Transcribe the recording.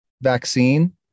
Vaccine